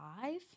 five